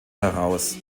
heraus